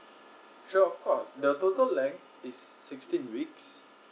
sure of course the total length is sixteen weeks